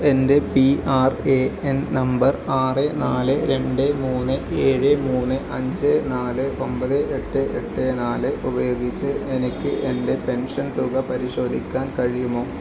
എൻ്റെ P R A N number ആറ് നാല് രണ്ട് മൂന്ന് ഏഴ് മൂന്ന് അഞ്ച് നാല് ഒമ്പത് എട്ട് എട്ട് നാല് ഉപയോഗിച്ച് എനിക്ക് എൻ്റെ പെൻഷൻ തുക പരിശോധിക്കാൻ കഴിയുമോ